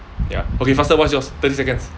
ya okay faster what's yours thirty seconds